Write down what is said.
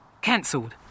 Cancelled